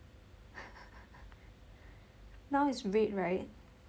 now is red right